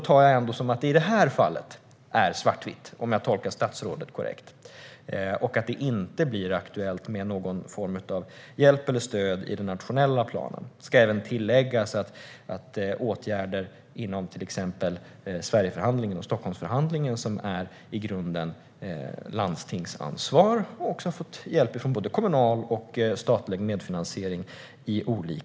I det här fallet är det svartvitt, om jag tolkar statsrådet korrekt och att det inte blir aktuellt med någon form av hjälp eller stöd i den nationella planen. Det ska även tilläggas att åtgärder inom Sverigeförhandlingen och Stockholmsförhandlingen, som i grunden är landstingsansvar, har fått hjälp genom både statlig och kommunal medfinansiering.